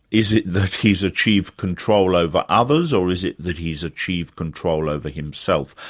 is it that he's achieved control over others or is it that he's achieved control over himself?